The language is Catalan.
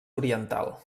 oriental